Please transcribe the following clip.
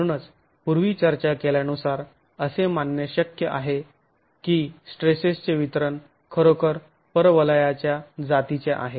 म्हणूनच पूर्वी चर्चा केल्यानुसार असे मानणे शक्य आहे की स्ट्रेसेसचे वितरण खरोखर परवलयाच्या जातीचे आहे